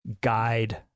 guide